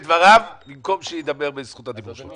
דבריו במקום שהוא ידבר בזכות הדיבור שלכם.